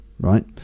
right